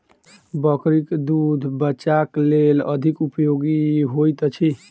बकरीक दूध बच्चाक लेल अधिक उपयोगी होइत अछि